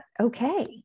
okay